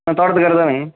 ஆ தோட்டத்துக்கார் தாங்க